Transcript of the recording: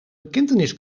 bekentenis